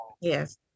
Yes